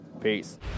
Peace